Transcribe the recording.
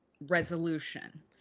resolution